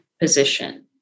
position